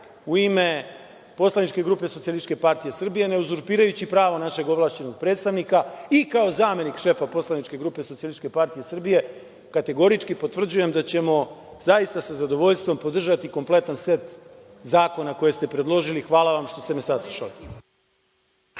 u ime Poslaničke grupe SPS, ne uzurpirajući pravo našeg ovlašćenog predstavnika, i kao zamenik šefa poslaničke grupe SPS, kategorički potvrđujem da ćemo zaista sa zadovoljstvom podržati kompletan set zakona koje ste predložili. Hvala vam što ste me saslušali.